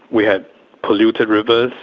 we had polluted rivers.